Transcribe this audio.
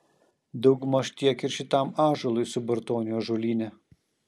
daugmaž tiek ir šitam ąžuolui subartonių ąžuolyne